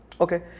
Okay